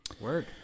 Work